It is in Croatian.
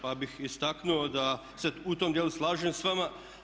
Pa bih istaknuo da se u tom dijelu slažem s vama.